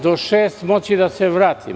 Do šest ću moći da se vratim.